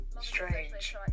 strange